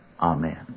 Amen